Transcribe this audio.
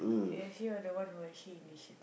ya actually you are the one who actually initiated